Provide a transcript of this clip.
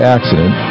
Accident